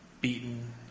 beaten